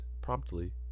promptly